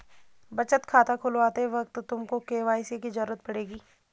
बचत खाता खुलवाते वक्त तुमको के.वाई.सी की ज़रूरत पड़ेगी